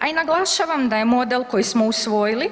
A i naglašavam da je model koji smo usvojili